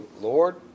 Lord